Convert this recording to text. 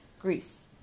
Greece